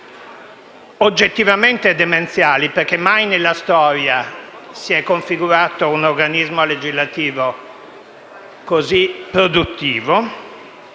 oggettivamente demenziali, perché mai nella storia si è configurato un organismo legislativo così produttivo